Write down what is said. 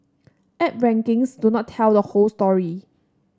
app rankings do not tell the whole story